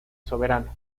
soberano